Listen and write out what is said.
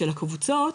הקבוצות,